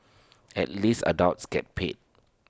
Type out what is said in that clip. at least adults get paid